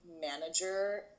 manager